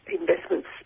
investments